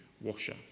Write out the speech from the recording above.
washer